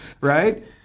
right